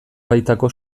baitako